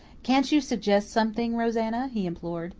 can't you suggest something, rosanna? he implored.